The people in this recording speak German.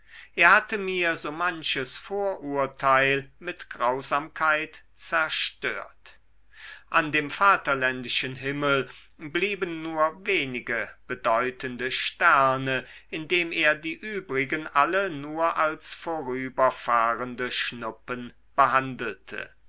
er hatte mir so manches vorurteil mit grausamkeit zerstört an dem vaterländischen himmel blieben nur wenige bedeutende sterne indem er die übrigen alle nur als vorüberfahrende schnuppen behandelte